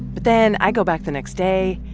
but then, i go back the next day,